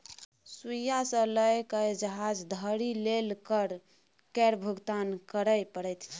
सुइया सँ लए कए जहाज धरि लेल कर केर भुगतान करय परैत छै